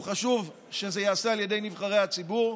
חשוב שזה ייעשה על ידי נבחרי הציבור,